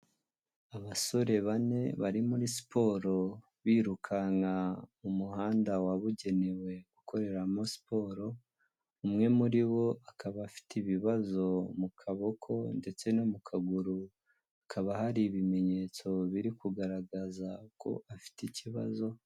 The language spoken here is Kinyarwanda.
Abasore bane bari muri siporo birukanka mu muhanda wabugenewe gukoreramo siporo, umwe muri bo akaba afite ibibazo mu kaboko ndetse no mu kaguru, hakaba hari ibimenyetso biri kugaragaza ko afite ikibazo.